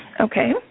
Okay